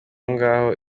ngaho